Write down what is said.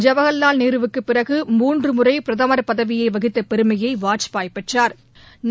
ஜவஹா்வால் நேருவுக்குப் பிறகு மூன்று முறை பிரதமா் பதவியை வகித்த பெருமையை வாஜ்பாய் பெற்றா்